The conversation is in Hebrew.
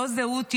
לא זהות יהודית.